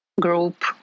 group